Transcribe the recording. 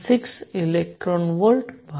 6 electron volts બહાર આવે છે